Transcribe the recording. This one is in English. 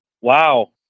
Wow